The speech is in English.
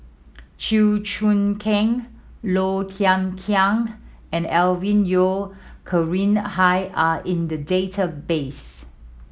Chew Choo Keng Low Thia Khiang and Alvin Yeo Khirn Hai are in the database